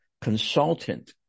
consultant